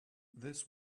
this